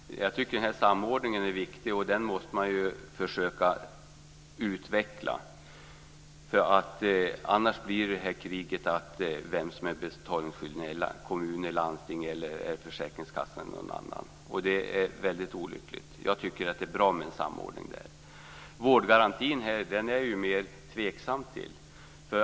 Fru talman! Jag tycker att en sådan samordning är viktig, och man måste försöka att utveckla den. Annars blir det en strid om vem som är betalningsskyldig - kommun, landsting, försäkringskassa eller någon annan instans, och det är väldigt olyckligt. Jag tycker att det är bra med en sådan här samordning. Vårdgarantin är jag mer tveksam till.